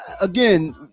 again